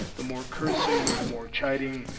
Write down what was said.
the more cursing, the more chiding,